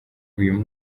uyu